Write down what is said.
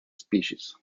species